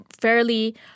fairly